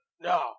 No